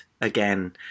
again